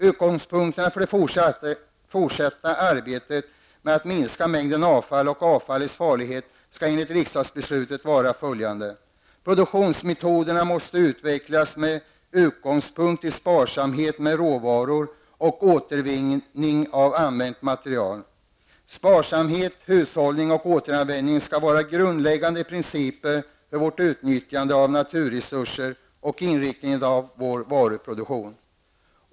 Utgångspunkterna för det fortsatta arbetet med att minska mängden avfall och avfallets farlighet skall enligt riksdagsbeslutet vara följande: Produktionsmetoderna måste utvecklas med utgångspunkt i sparsamhet med råvaror och återvinning av använt material. Sparsamhet, hushållning och återanvändning skall vara grundläggande principer för vårt utnyttjande av naturresurser och inriktningen av vår varuproduktion.